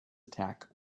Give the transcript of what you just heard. attack